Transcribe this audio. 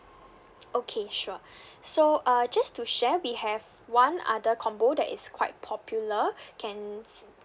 okay sure so uh just to share we have one other combo that is quite popular can